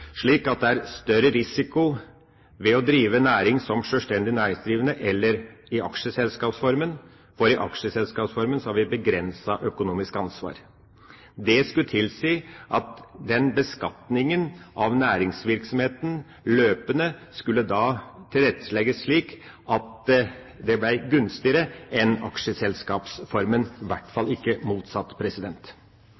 større risiko ved å drive næring som sjølstendig næringsdrivende enn i aksjeselskapsform, for i aksjeselskapsformen har en begrenset økonomisk ansvar. Det skulle tilsi at beskatningen av næringsvirksomheten løpende tilrettelegges slik at den blir gunstigere enn for aksjeselskapsformen, i hvert